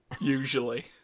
Usually